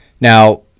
Now